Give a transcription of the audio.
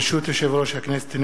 ברשות יושב-ראש הכנסת,